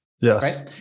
Yes